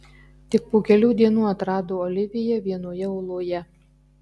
tik po kelių dienų atrado oliviją vienoje oloje